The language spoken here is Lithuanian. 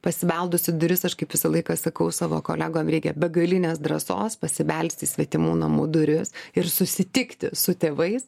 pasibeldus į duris aš kaip visą laiką sakau savo kolegom reikia begalinės drąsos pasibelsti į svetimų namų duris ir susitikti su tėvais